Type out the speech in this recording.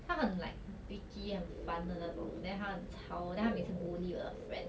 他很 like bitchy 很烦的那种 then 她很吵 then 她每次 bully 我的 friend